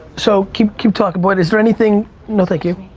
so keep keep talking, boyd is there anything? no thank you.